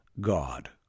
God